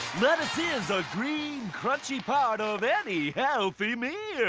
lettuce is a green crunchy part of any healthy meal. yeah!